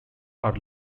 are